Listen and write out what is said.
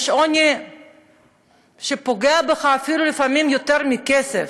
יש עוני שפוגע בך לפעמים אפילו יותר מכסף.